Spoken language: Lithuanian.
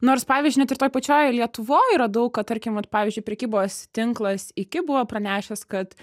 nors pavyzdžiui net ir toj pačioj lietuvoj yra daug kad tarkim vat pavyzdžiui prekybos tinklas iki buvo pranešęs kad